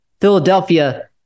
Philadelphia